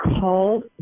called